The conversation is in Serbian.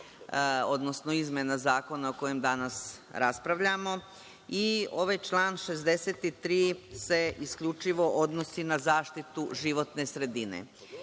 odnosno izmena Zakona o kojem danas raspravljamo. Ovaj član 63. se isključivo odnosi na zaštitu životne sredine.